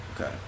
Okay